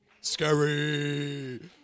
Scary